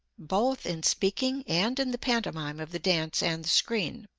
both in speaking and in the pantomime of the dance and the screen.